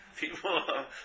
People